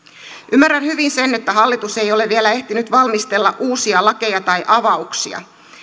ymmärrän hyvin sen että hallitus ei ole vielä ehtinyt valmistella uusia lakeja tai avauksia